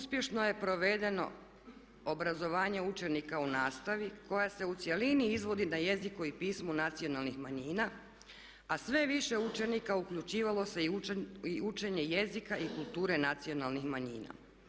Uspješno je provedeno obrazovanje učenika u nastavi koja se u cjelini izvodi na jeziku i pismu nacionalnih manjina a sve više učenika uključivalo se i učenje jezika i kulture nacionalnih manjina.